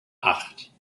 acht